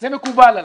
זה מקובל עלי.